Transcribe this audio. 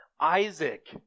Isaac